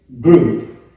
group